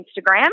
Instagram